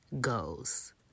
goes